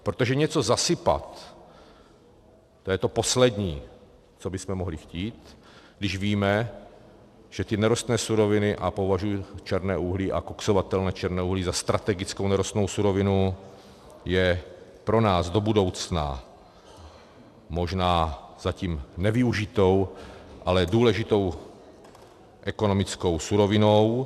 Protože něco zasypat, to je to poslední, co bychom mohli chtít, když víme, že ty nerostné suroviny a považuji černé uhlí a koksovatelné černé uhlí za strategickou nerostnou surovinu je pro nás do budoucna možná zatím nevyužitou, ale důležitou ekonomickou surovinou.